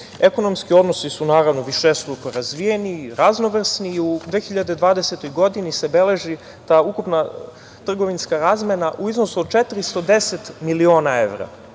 licima. Ekonomski odnosi su, naravno, višestruko razvijeni i raznovrsni. U 2020. godini se beleži da ukupna trgovinska razmena u iznosu od 410 miliona evra,